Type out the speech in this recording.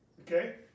Okay